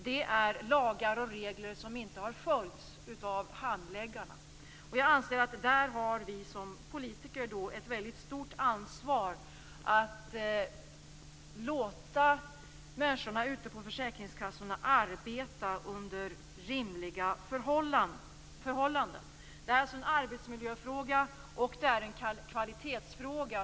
Det är lagar och regler som inte har följts av handläggarna. Jag anser att vi som politiker har ett väldigt stort ansvar när det gäller att låta människor ute på försäkringskassorna arbeta under rimliga förhållanden. Det är en arbetsmiljöfråga, och det är en kvalitetsfråga.